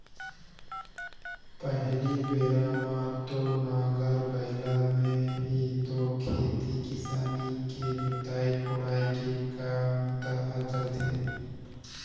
पहिली बेरा म तो नांगर बइला में ही तो खेती किसानी के जोतई कोड़ई के काम बूता हर चलथे